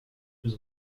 plus